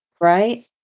right